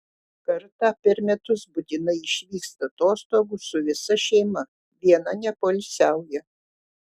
kartą per metus būtinai išvyksta atostogų su visa šeima viena nepoilsiauja